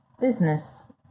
business